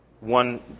One